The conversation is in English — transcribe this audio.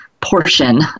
portion